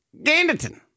Ganderton